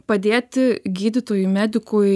padėti gydytojui medikui